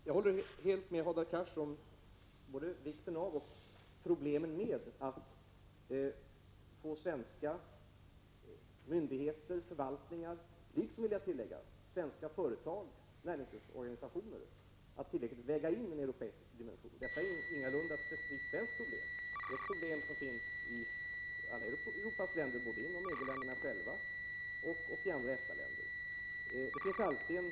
Jag håller helt med Hadar Cars om både vikten av och problemen med att få svenska myndigheter och förvaltningar liksom, vill jag tillägga, svenska företag och näringslivsorganisationer att tillräckligt väga in en europeisk dimension. Detta är ingalunda ett specifikt svenskt problem. Det finns inom alla Europas länder, både inom EG-länderna själva och i andra EFTA länder.